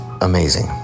amazing